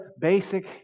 basic